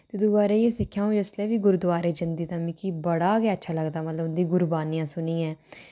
ते दुआ रेहा सिक्खां दा अ'ऊं जिसलै बी गुरुद्वारे जंदी तां मिकी बड़ा गै अच्छा लगदा मतलब कि उं'दियां गुरुबानियां सुनियै